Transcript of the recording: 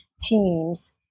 teams